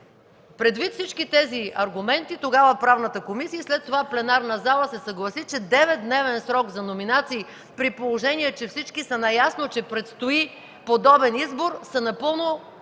Предвид всички тези аргументи тогава Правната комисия, след това пленарната зала се съгласи, че деветдневен срок за номинации, при положение че всички са наясно, че предстои подобен избор, са напълно, абсолютно